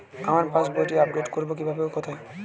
আমার পাস বইটি আপ্ডেট কোরবো কীভাবে ও কোথায়?